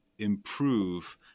improve